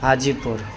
حاجی پور